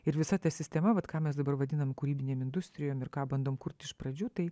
ir visa ta sistema vat ką mes dabar vadinam kūrybinėm industrijom ir ką bandom kurt iš pradžių tai